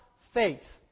faith